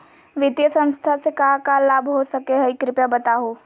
वित्तीय संस्था से का का लाभ हो सके हई कृपया बताहू?